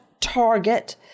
target